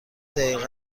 دقیقا